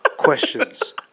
questions